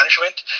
management